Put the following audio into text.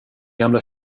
gamla